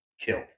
killed